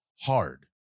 hard